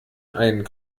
ein